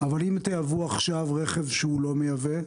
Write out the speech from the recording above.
אבל אם תייבאו עכשיו רכב שהוא לא מייבא?